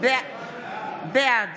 בעד